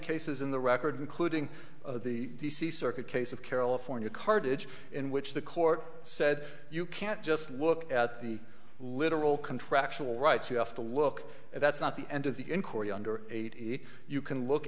cases in the record including the d c circuit case of carola for new card it in which the court said you can't just look at the literal contractual rights you have to look at that's not the end of the in korea under eight you can look